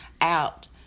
out